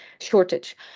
shortage